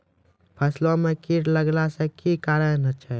फसलो मे कीट लगने का क्या कारण है?